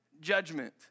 judgment